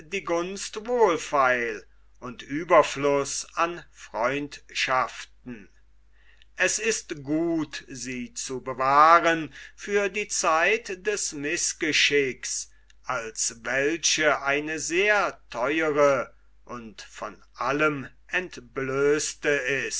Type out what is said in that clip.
die gunst wohlfeil und ueberfluß an freundschaften es ist gut sie zu bewahren für die zeit des mißgeschicks als welche eine sehr theuere und von allem entblößte